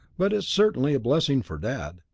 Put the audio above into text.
but it's certainly a blessing for dad.